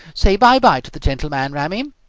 say bye-bye to the gentleman, rammy!